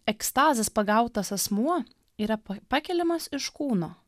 ekstazės pagautas asmuo yra pakeliamas iš kūno